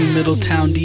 Middletown